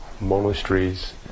monasteries